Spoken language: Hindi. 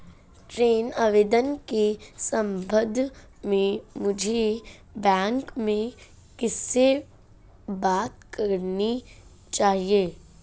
ऋण आवेदन के संबंध में मुझे बैंक में किससे बात करनी चाहिए?